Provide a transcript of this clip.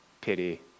pity